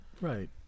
right